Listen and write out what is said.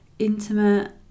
intimate